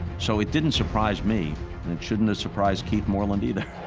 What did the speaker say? so it didn't surprise me, and it shouldn't have surprised keith moreland, either.